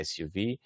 SUV